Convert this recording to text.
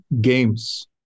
games